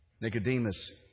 Nicodemus